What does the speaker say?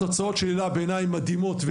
התוצאות של היל"ה בעיני הן מדהימות.